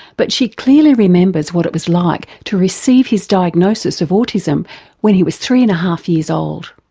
but she clearly remembers what it was like to receive his diagnosis of autism when he was three and a half years old.